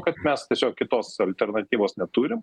kad mes tiesiog kitos alternatyvos neturim